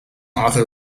author